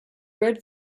red